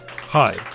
Hi